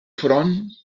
front